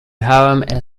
hiram